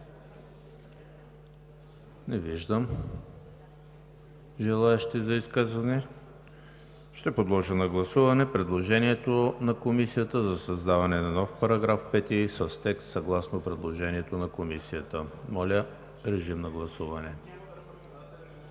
Не виждам желаещи за изказвания. Ще подложа на гласуване предложението на Комисията за създаване на нов § 5 с текст съгласно предложението на Комисията. Гласували